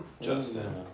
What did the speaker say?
Justin